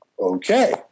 Okay